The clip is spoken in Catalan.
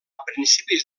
principis